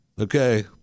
okay